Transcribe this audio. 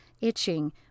itching